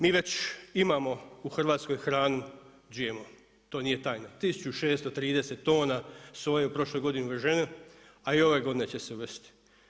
Mi već imamo u Hrvatskoj hranu GMO, to nije tajna 1630 tona soje u prošloj godini uvezeno a i ove godine će se uvesti.